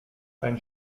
ein